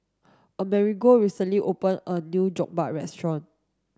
Amerigo recently opened a new Jokbal restaurant